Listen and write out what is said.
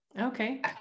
Okay